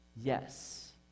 Yes